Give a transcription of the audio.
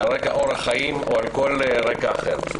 על רקע אורח חיים או על כל רקע אחר.